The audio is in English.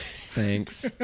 thanks